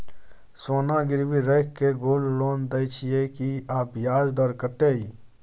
सोना गिरवी रैख के गोल्ड लोन दै छियै की, आ ब्याज दर कत्ते इ?